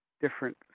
different